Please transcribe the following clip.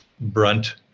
brunt